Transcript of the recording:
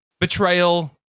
betrayal